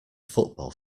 football